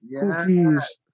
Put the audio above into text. Cookies